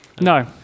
No